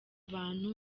abantu